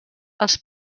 els